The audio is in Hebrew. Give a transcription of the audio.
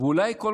אולי אני טועה?